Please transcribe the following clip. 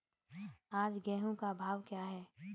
आज गेहूँ का भाव क्या है?